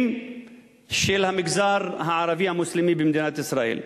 של המגזר הערבי המוסלמי במדינת ישראל.